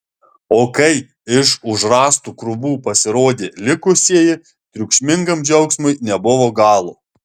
o kai iš už rąstų krūvų pasirodė likusieji triukšmingam džiaugsmui nebuvo galo